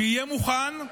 שיהיה מוכן,